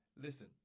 listen